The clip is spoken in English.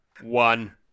one